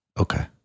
Okay